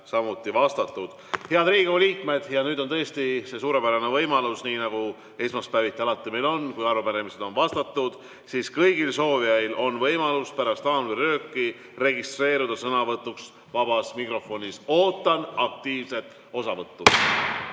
samuti vastatud. Head Riigikogu liikmed, nüüd on tõesti see suurepärane võimalus, nii nagu esmaspäeviti alati meil on, et kui arupärimistele on vastatud, siis on kõigil soovijail võimalus pärast haamrilööki registreeruda sõnavõtuks vabas mikrofonis. Ootan aktiivset osavõttu.